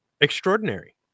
extraordinary